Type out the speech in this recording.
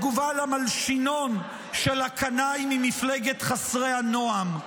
בתגובה למלשינון של הקנאי ממפלגת חסרי הנועם.